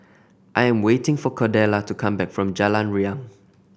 I am waiting for Cordella to come back from Jalan Riang